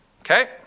Okay